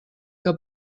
que